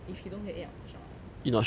if he don't get A I'm shocked ah